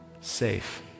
safe